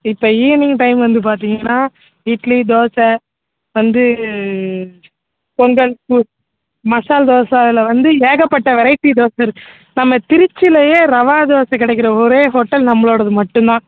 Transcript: இப்போ evening time வந்து பார்த்தீங்கன்னா இட்லி தோசை வந்து பொங்கல் பூ மசால் தோசையில் வந்து ஏகப்பட்ட வெரைட்டி தோசை இரு நம்ம திருச்சியிலேயே ரவா தோசை கிடைக்கிற ஒரே ஹோட்டல் நம்மளோடது மட்டுந்தான்